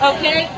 Okay